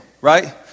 right